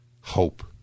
Hope